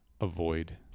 avoid